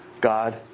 God